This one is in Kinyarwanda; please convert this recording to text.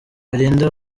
belinda